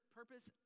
purpose